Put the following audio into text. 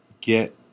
get